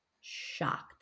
shocked